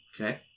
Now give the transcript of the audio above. Okay